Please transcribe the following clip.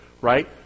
Right